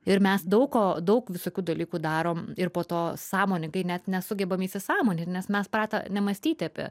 ir mes daug ko daug visokių dalykų darom ir po to sąmoningai net nesugebam įsisąmonint nes mes pratę nemąstyti apie